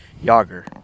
Yager